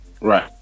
Right